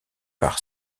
par